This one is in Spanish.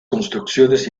construcciones